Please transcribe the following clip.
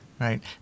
Right